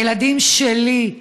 הילדים שלי,